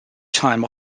time